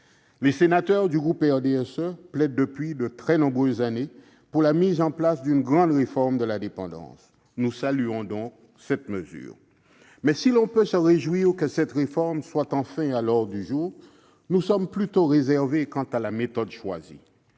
Les sénateurs du groupe du RDSE plaident depuis de très nombreuses années pour la mise en place d'une grande réforme de la dépendance. Nous saluons donc cette mesure. Mais si l'on peut se réjouir que cette réforme soit enfin à l'ordre du jour, nous sommes plutôt réservés quant à la méthode choisie